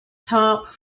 top